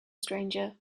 stranger